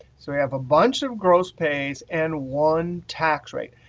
so we have a bunch of gross pays and one tax rate.